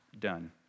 done